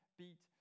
beat